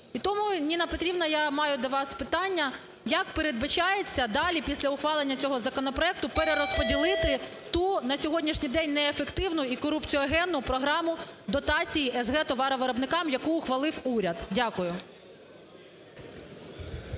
І тому, Ніна Петрівна, я маю до вас питання. Як передбачається далі після ухвалення цього законопроекту перерозподілити ту на сьогоднішній день неефективну і корупціогенну програму дотацій с/г товаровиробникам, яку ухвалив уряд? Дякую.